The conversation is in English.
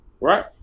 right